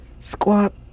Squat